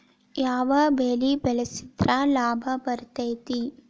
ಯಾವ ಬೆಳಿ ಬೆಳ್ಸಿದ್ರ ಲಾಭ ಬರತೇತಿ?